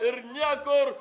ir niekur